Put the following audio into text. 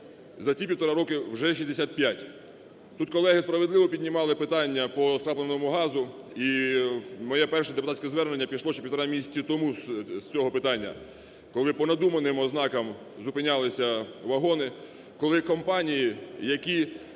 а ці півтора роки вже 65. Тут колеги справедливо піднімали питання по скрапленому газу і моє перше депутатське звернення пішло ще півтора місяці тому з цього питання, коли по надуманим ознакам зупинялися вагони, коли компанії, які